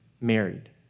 married